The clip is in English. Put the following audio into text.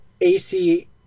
AC